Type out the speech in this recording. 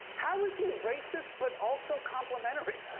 how is he racist but also complimentary?